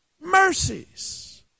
mercies